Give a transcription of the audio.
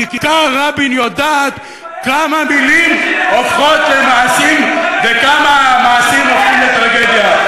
כיכר-רבין יודעת כמה מילים הופכות למעשים וכמה מעשים הופכים לטרגדיה.